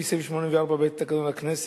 לפי סעיף 84(ב) לתקנון הכנסת.